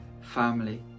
family